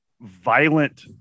violent